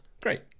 Great